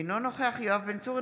אינו נוכח יואב בן צור,